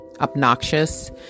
obnoxious